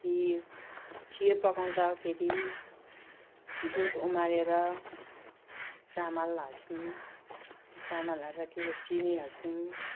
खिर खिर पकाउँदाखेरि दुध उमालेर चामल हाल्छौँ चामल हालेर के चिनी हाल्छौँ